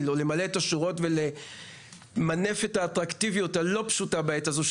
ולמלא את השורות ולמנף את האטרקטיביות הלא פשוטה בעת הזאת,